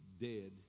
dead